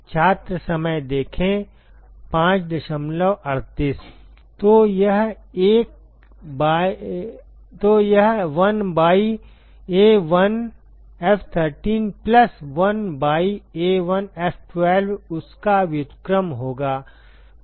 तो यह 1 by A1F13 plus 1 by A1F12 उसका व्युत्क्रम होगा